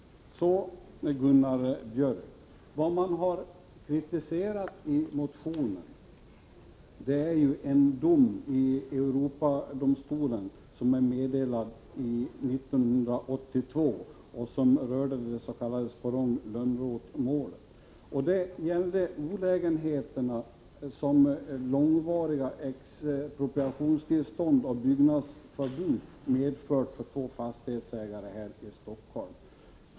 Till Gunnar Biörck i Värmdö: Vad som tagits upp är en dom i Europadomstolen, meddelad 1982, som berörde det s.k. Sporrongoch Lönnroth-målet. Det gällde olägenheter som långvariga expropriationstillstånd och byggnadsförbud medfört för två fastighetsägare i Stockholm.